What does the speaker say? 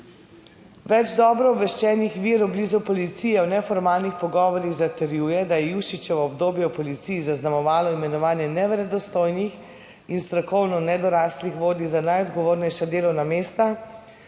Več dobro obveščenih virov blizu policije v neformalnih pogovorih zatrjuje, da je Jušićevo obdobje v policiji zaznamovalo imenovanje neverodostojnih in strokovno nedoraslih vodij za najodgovornejša delovna mesta,